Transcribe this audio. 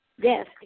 Yes